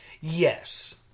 Yes